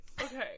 Okay